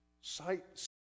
sight